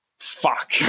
fuck